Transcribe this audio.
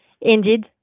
Indeed